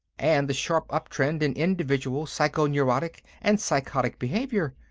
and the sharp uptrend in individual psycho-neurotic and psychotic behavior.